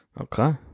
Okay